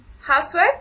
housework